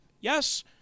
Yes